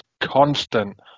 constant